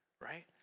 right